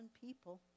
people